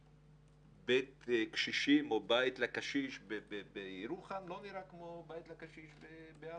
בית קשישים או בית לקשיש בירוחם לא נראה כמו בית לקשיש בערוער.